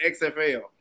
XFL